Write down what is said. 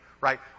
right